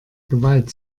gewalt